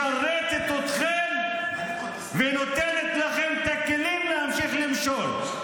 משרתת אתכם ונותנת לכם את הכלים להמשיך למשול.